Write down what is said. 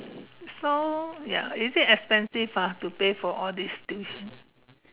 so ya is it expensive ah to pay for all this tuition